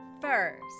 First